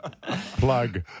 plug